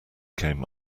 came